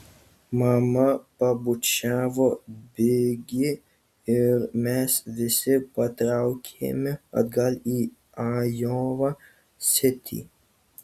mama pabučiavo bigi ir mes visi patraukėme atgal į ajova sitį